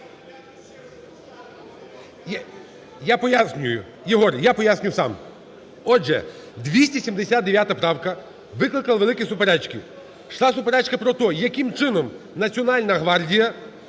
Я пояснюю. Єгор, я поясню сам. Отже, 279 правка викликала великі суперечки. Йшла суперечка про те, яким чином Національна гвардія